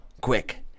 quick